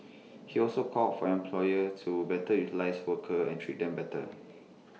he also called for employers to better utilise workers and treat them better